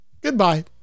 goodbye